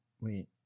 Wait